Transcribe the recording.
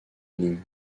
ligne